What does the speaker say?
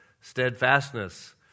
steadfastness